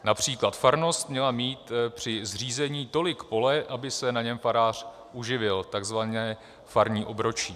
Například farnost měla mít při zřízení tolik pole, aby se na něm farář uživil takzvané farní obročí.